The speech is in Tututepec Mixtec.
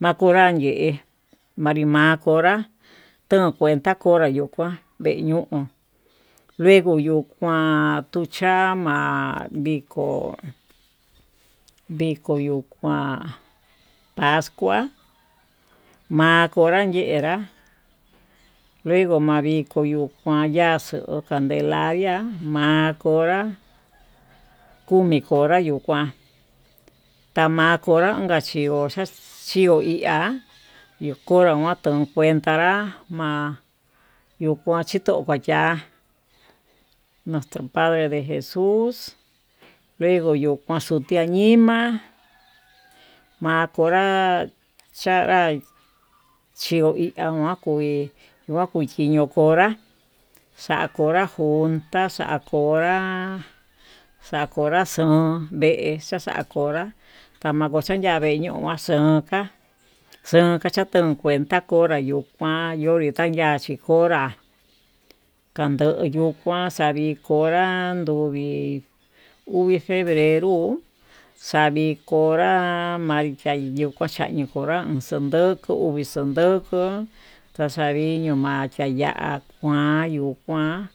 Makonra yee manrima konrá tonkienta konra vee ño'o, luego yuu kuan tuu cha'a ma'a viko viko yuu kuan pascoa makonra yenrá luego ma'a viko yuka ya'á xo'o candelaria ma'a konra komi konra yuu kuan tama konra inka chio ihá, iho konra ma'a tuu kuenta nrá ma'a chito kuenta ya'á nuestro padre de jesus luego yuu xuu tiañima, ma'a konra xhinra xhio iha ma'a kunrí kuan kuchiyo konrá xa'a konra junta xa'a konrá xa'a konra vee xa'a konrá tamakuxa'a ya'a vee ñuu kaxón, kan xuun tacheka konra tachenda yuu kuan yonri ta'a kiachi konrá kanduu yuu kuan xavii konrá, ndogui uvii febrero xavii konrá maikayu kuachavi konrá unxondoko uxondoko ma'a xaviño ya'á kuan yuu kuan,